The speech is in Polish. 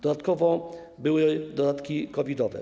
Dodatkowo były dodatki COVID-owe.